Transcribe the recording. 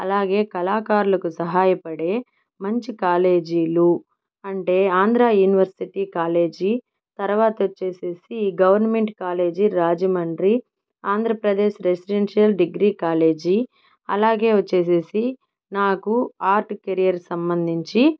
అలాగే కళాకారులకు సహాయపడే మంచి కాలేజీలు అంటే ఆంధ్రా యూనివర్సిటీ కాలేజీ తర్వాతతొచ్చేసేసి government college Rajahmundry Andhra Pradesh residential degree college అలాగే వచ్చేసేసి నాకు ఆర్ట్ కెరియర్ సంబంధించి